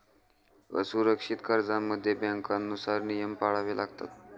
असुरक्षित कर्जांमध्ये बँकांनुसार नियम पाळावे लागतात